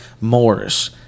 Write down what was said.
Morris